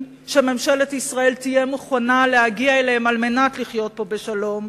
שממשלת ישראל תהיה מוכנה להגיע אליהם על מנת לחיות פה בשלום,